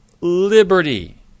liberty